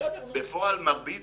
מרבית